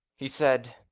he said,